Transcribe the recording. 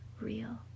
real